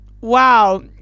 wow